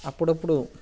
అప్పుడప్పుడు